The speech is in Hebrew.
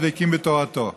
הדבקים בתורתו.